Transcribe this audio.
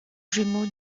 jumeau